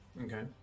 Okay